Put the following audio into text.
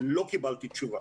לא קיבלתי תשובה.